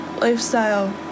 lifestyle